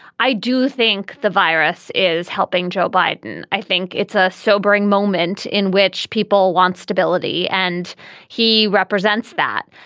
i do think the virus is helping joe biden. i think it's a sobering moment in which people want stability, and he represents that.